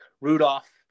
Rudolph